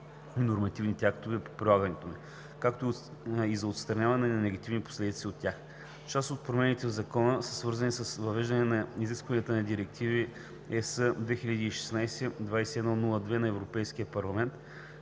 и нормативните актове по прилагането му, както и за отстраняване на негативните последици от тях. Част от промените в Закона са свързани с въвеждане на изискванията на Директива (ЕС) 2016/2102 на Европейския парламент